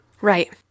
Right